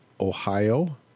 Ohio